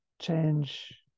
change